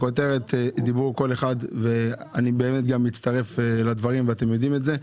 אני באמת מצטרף לדברים ואתם יודעים את זה,